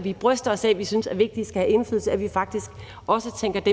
vi bryster os af at vi synes er vigtigt skal have indflydelse,